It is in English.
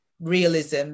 Realism